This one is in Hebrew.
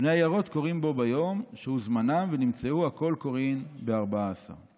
ובני עיירות קוראין בו ביום שהוא זמנם ונמצאו הכול קוראין בארבעה עשר."